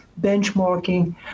benchmarking